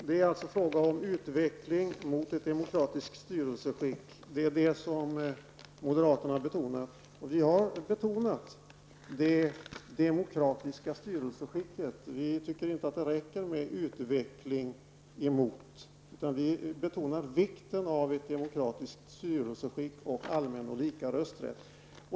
Fru talman! Det är alltså ''utveckling mot'' ett demokratiskt styrelseskick som moderaterna betonar, medan det vi betonar är det demokratiska styrelseskicket. Vi anser inte att det räcker med en ''utveckling mot'', utan vi betonar vikten av ett demokratiskt styrelseskick och en allmän och lika rösträtt.